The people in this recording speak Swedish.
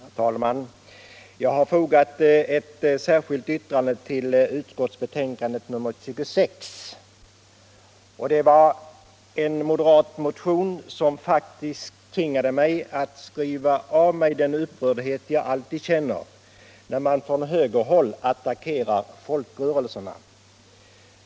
Herr talman! Jag har fogat ett särskilt yttrande till utskottets betänkande nr 26. Det var en moderat motion som faktiskt tvingade mig att skriva av mig den upprördhet jag alltid känner när man från högerhåll attackerar folkrörelserna.